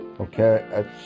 Okay